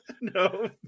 No